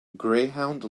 greyhound